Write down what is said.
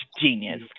Genius